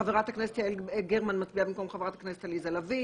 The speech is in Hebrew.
חברת הכנסת יעל גרמן מצביעה במקום חברת הכנסת עליזה לביא.